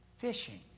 Fishing